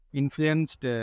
influenced